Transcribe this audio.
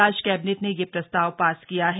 राज्य कैबिनेट ने यह प्रस्ताव पास किया है